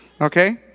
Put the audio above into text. Okay